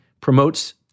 promotes